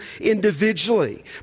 individually